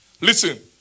Listen